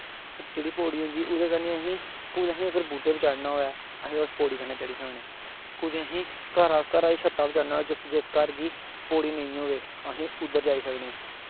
जेह्ड़ी पौड़ी होंदी कुदै अगर असैं बूह्टे पर चढ़ना होऐ अस उस पौड़ी कन्नै चढ़ी सकने कुदै असैं घरा दे छत्ता पर चढ़ना होऐ जिस घर पौड़ी नेईं होऐ अस उद्धर जाई सकने